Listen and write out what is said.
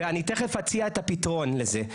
ואני תיכף אציע את הפתרון לזה.